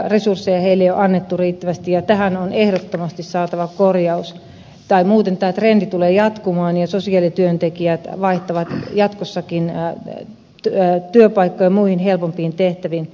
resursseja heille ei ole annettu riittävästi ja tähän on ehdottomasti saatava korjaus tai muuten tämä trendi tulee jatkumaan ja sosiaalityöntekijät vaihtavat jatkossakin työpaikkoja muihin helpompiin tehtäviin